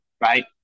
right